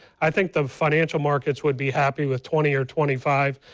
i think the financial market would be happy with twenty or twenty five.